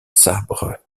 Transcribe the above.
sabres